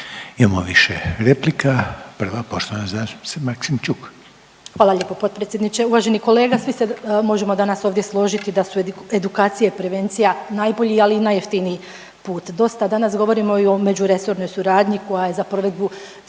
Imamo više replika. Prva poštovana zastupnica Maksimčuk. **Maksimčuk, Ljubica (HDZ)** Hvala lijepo potpredsjedniče. Uvaženi kolega, svi se danas ovdje možemo složiti da su edukacije i prevencija najbolji, ali i najjeftiniji put. Dosta danas govorimo i o međuresornoj suradnji koja je za provedbu